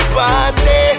party